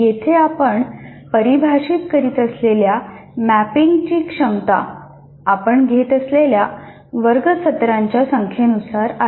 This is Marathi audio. येथे आपण परिभाषित करीत असलेल्या मॅपिंगची क्षमता आपण घेत असलेल्या वर्ग सत्रांच्या संख्येनुसार आहे